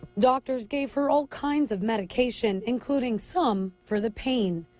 doctors gave her all kinds of medication, including some for the pain.